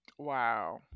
Wow